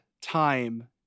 time